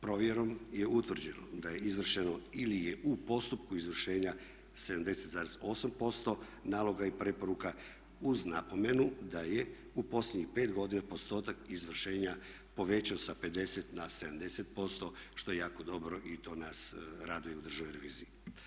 Provjerom je utvrđeno da je izvršeno ili je u postupku izvršenja 70,8% naloga i preporuka uz napomenu da je u posljednjih 5 godina postotak izvršenja povećan sa 50 na 70% što je jako dobro i to nas raduje u Državnoj reviziji.